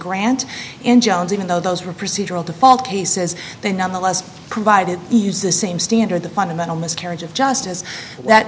grant injuns even though those for procedural default cases they nonetheless provided use the same standard the fundamental miscarriage of justice that